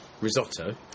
risotto